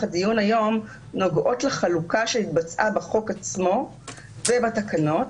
הדיון היום נוגעות לחלוקה שהתבצעה בחוק עצמו ובתקנות